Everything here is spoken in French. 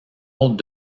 autres